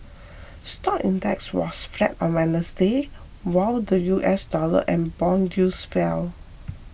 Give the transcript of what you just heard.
stock index was flat on Wednesday while the U S dollar and bond yields fell